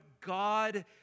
God